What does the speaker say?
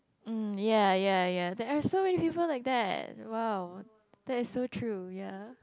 mm ya ya ya there are so many people like that !wow! that is so true ya